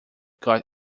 got